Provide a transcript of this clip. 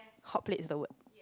hotplate is the word